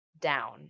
down